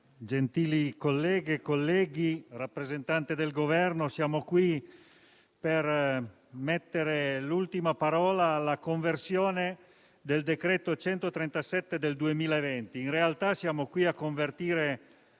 gentili colleghe e colleghi, rappresentante del Governo, siamo qui per mettere l'ultima parola alla conversione del decreto-legge n. 137 del 2020. In realtà, siamo qui a convertire